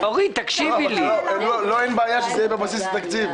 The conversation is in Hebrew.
לו לא אכפת שזה יהיה בבסיס התקציב,